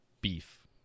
beef